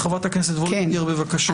חברת הכנסת וולדיגר, בבקשה.